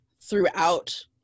throughout